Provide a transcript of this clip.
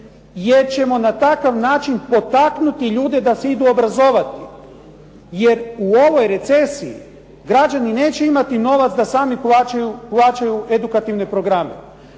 jer ćemo na takav način potaknuti ljudi da se idu obrazovati. Jer u ovoj recesiji, građani neće imati novac da sami plaćaju edukativne programe.